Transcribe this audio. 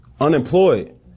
unemployed